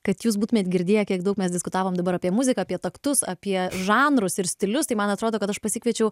kad jūs būtumėt girdėję kiek daug mes diskutavom dabar apie muziką apie taktus apie žanrus ir stilius tai man atrodo kad aš pasikviečiau